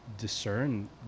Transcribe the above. discern